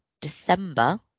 December